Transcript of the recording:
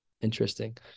Interesting